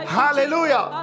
hallelujah